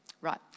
Right